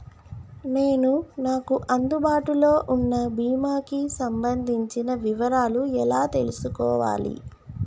నేను నాకు అందుబాటులో ఉన్న బీమా కి సంబంధించిన వివరాలు ఎలా తెలుసుకోవాలి?